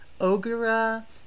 Ogura